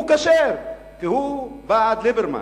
הוא כשר, כי הוא בעד ליברמן.